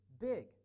big